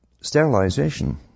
sterilization